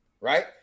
right